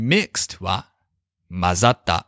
Mixedは混ざった